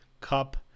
cup